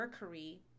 Mercury